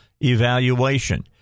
evaluation